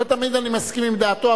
לא תמיד אני מסכים עם דעתו,